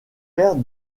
père